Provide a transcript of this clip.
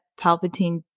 Palpatine